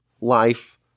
life